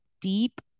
deep